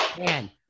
man